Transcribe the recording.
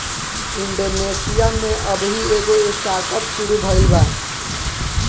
Indonesia में अबही एगो स्टार्टअप शुरू भईल बा